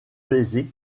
baisers